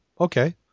okay